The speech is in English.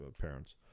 Parents